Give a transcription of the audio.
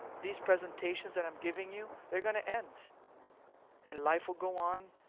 these presentations that i'm giving you, they're going to end and life will go on,